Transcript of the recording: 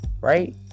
right